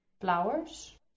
flowers